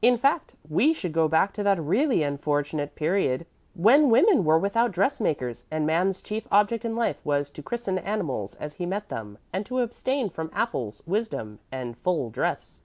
in fact, we should go back to that really unfortunate period when women were without dress-makers, and man's chief object in life was to christen animals as he met them, and to abstain from apples, wisdom, and full dress.